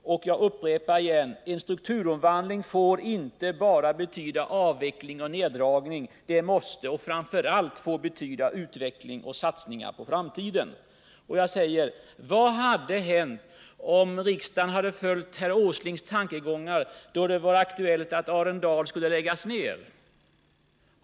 En strukturomvandling — jag upprepar det — får inte bara betyda avveckling och neddragning. Den måste framför allt få betyda utveckling och satsningar på framtiden. Vad hade hänt om riksdagen hade följt herr Åslings tankegångar då det var aktuellt att Arendal skulle läggas ned?